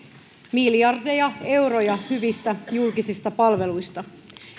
miljardeja euroja hyvistä julkisista palveluista